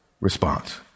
response